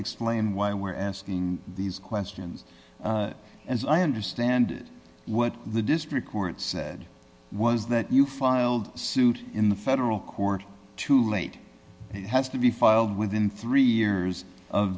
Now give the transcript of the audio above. explain why we're asking these questions as i understand what the district court said was that you filed suit in the federal court to late it has to be filed within three years of